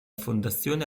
fondazione